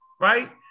right